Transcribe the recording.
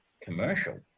commercial